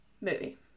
movie